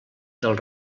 del